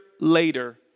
later